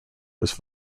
was